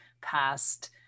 past